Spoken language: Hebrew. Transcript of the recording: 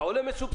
אתה עולה מסובסד.